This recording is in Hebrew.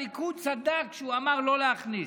הליכוד צדק כשהוא אמר לא להכניס.